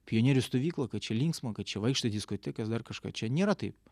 pionierių stovykla kad čia linksma kad čia vaikštai į diskotekas dar kažką čia nėra taip